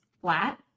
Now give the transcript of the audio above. flat